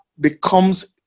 becomes